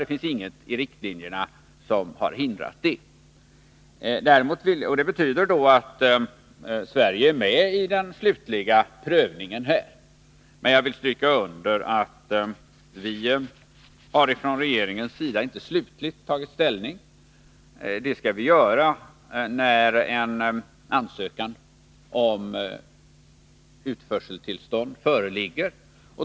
Det innebär att Sverige är med vid den slutliga prövningen, men jag vill stryka under att regeringen inte har tagit slutlig ställning. Det skall göras när en ansökan om utförseltillstånd föreligger.